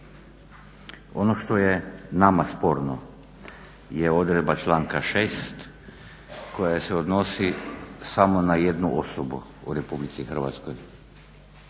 Ono što je nama sporno je odredba članka 6. Koja se odnosi samo na jednu osobu u RH, samo